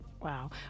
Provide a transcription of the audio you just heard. Wow